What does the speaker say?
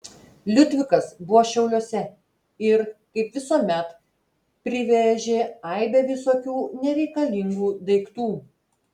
liudvikas buvo šiauliuose ir kaip visuomet privežė aibę visokių nereikalingų daiktų